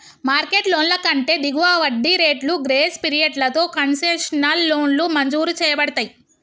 market లోన్ల కంటే దిగువ వడ్డీ రేట్లు, గ్రేస్ పీరియడ్లతో కన్సెషనల్ లోన్లు మంజూరు చేయబడతయ్